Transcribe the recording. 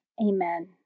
Amen